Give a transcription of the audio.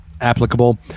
applicable